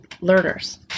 learners